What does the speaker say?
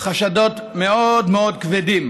חשדות מאוד מאוד כבדים.